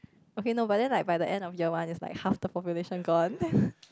okay no but then like by the end of year one is like half the population gone